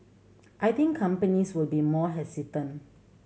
I think companies will be more hesitant